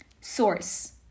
Source